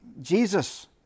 Jesus